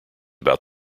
about